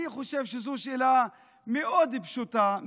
אני חושב שזו שאלה מאוד פשוטה,